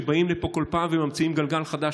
שבאים לפה כל פעם וממציאים גלגל חדש,